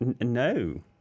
No